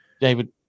David